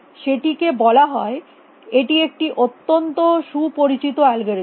এটিকে বলা হয় এটি একটি অত্যন্ত সুপরিচিত অ্যালগরিদম